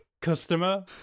customer